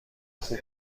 خوب